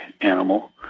animal